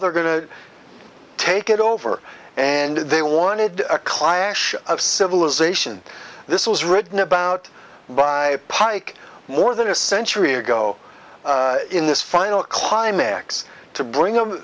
they're going to take it over and they wanted a clash of civilizations this was written about by pike more than a century ago in this final climax to bring